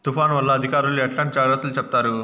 తుఫాను వల్ల అధికారులు ఎట్లాంటి జాగ్రత్తలు చెప్తారు?